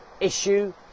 issue